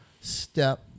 step